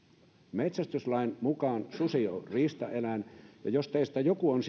metsästyslain mukaan susi on riistaeläin ja jos teistä joku on